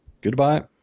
Goodbye